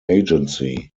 agency